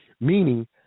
meaning